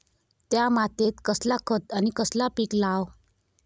त्या मात्येत कसला खत आणि कसला पीक लाव?